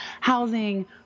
Housing